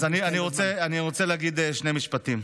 אז אני רוצה להגיד שני משפטים.